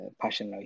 passion